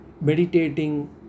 Meditating